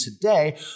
today